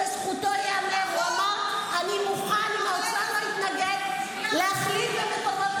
שיהיה לך ברור שאת צודקת במיליון אחוז.